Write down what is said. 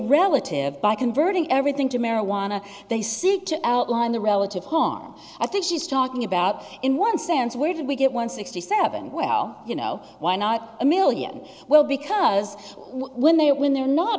relative by converting everything to marijuana they seek to outline the relative hong i think she's talking about in one sense where did we get one sixty seven well you know why not a million well because when they are when they're not